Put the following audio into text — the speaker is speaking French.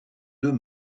deux